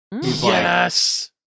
Yes